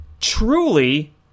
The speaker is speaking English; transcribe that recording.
truly